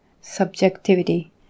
subjectivity